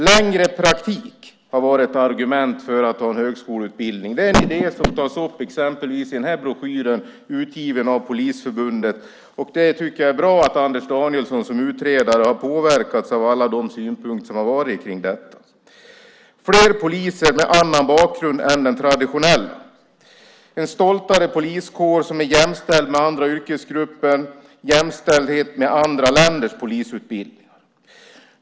Längre praktik har varit ett argument för att ha en högskoleutbildning. Det är en idé som tas upp i exempelvis en broschyr utgiven av Polisförbundet. Jag tycker att det är bra att Anders Danielsson som utredare har påverkats av alla de synpunkter som har varit kring detta. Det kan också bli fler poliser med annan bakgrund än den traditionella, en stoltare poliskår som är jämställd med andra grupper och jämställdhet med andra länders polisutbildningar.